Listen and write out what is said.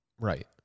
right